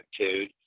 attitude